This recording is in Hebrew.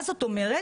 מה זאת אומרת?